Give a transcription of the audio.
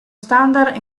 standard